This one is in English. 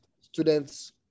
students